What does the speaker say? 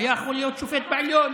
היה יכול להיות שופט בעליון.